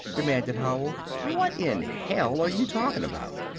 demanded howell, what in hell are you talking about?